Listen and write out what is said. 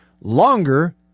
longer